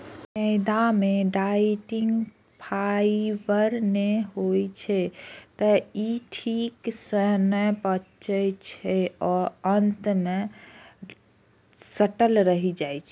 मैदा मे dietary fibre नै होइ छै, तें ई ठीक सं नै पचै छै आ आंत मे सटल रहि जाइ छै